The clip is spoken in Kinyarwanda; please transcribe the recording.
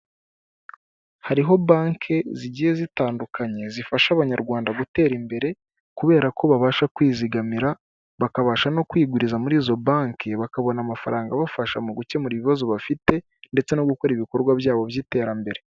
Hariho banki zigiye zitandukanye zifasha abanyarwanda gutera imbere kubera ko babasha kwizigamira bakabasha no kwiguriza murizo banki bakabona amafaranga abafasha mu gukemura ibibazo bafite ndetse no gukora ibikorwa byabo by'iterambere.